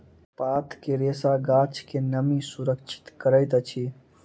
पात के रेशा गाछ के नमी सुरक्षित करैत अछि